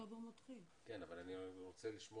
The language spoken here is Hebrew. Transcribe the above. שלפי דעתי שם